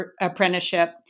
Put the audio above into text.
apprenticeship